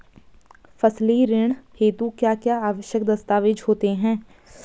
फसली ऋण हेतु क्या क्या आवश्यक दस्तावेज़ होते हैं?